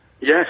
Yes